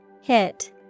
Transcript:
Hit